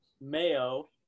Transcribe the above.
mayo